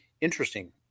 interesting